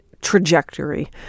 trajectory